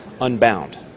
unbound